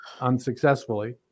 unsuccessfully